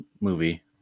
movie